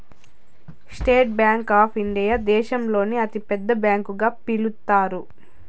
state Bank of India దేశంలోనే అతి పెద్ద బ్యాంకు గా పిలుత్తారు